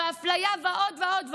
האפליה ועוד ועוד ועוד,